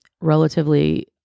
relatively